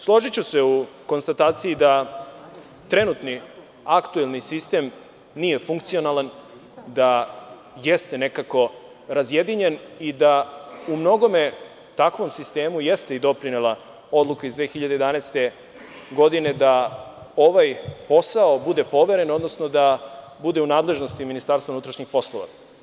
Složiću se u konstataciji da trenutni aktuelni sistem nije funkcionalan, da jeste nekako razjedinjen i da umnogome takvom sistemu jeste i doprinela odluka iz 2011. godine da ovaj posao bude poveren, odnosno da bude u nadležnosti MUP.